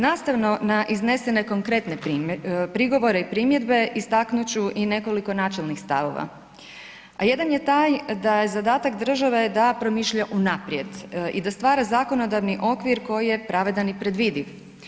Nastavno na iznesene konkretne prigovore i primjedbe istaknut ću i nekoliko načelnih stavova, a jedan je taj da je zadatak države da promišlja unaprijed i da stvara zakonodavni okvir koji je pravedan i predvidiv.